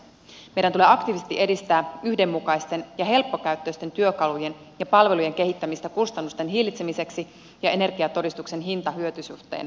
meidän tulee aktiivisesti edistää yhdenmukaisten ja helppokäyttöisten työkalujen ja palvelujen kehittämistä kustannusten hillitsemiseksi ja energiatodistuksen hintahyöty suhteen varmistamiseksi